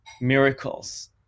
miracles